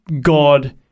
God